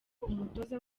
umutoza